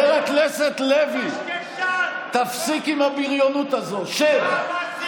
המליאה.) אני אגיד את זה בצורה הפשוטה: גם לפיד,